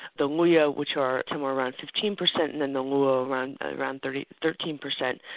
the luhyawhich are somewhere around fifteen percent and then the luo around around thirteen thirteen percent.